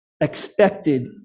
expected